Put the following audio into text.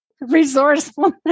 resourceful